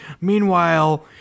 Meanwhile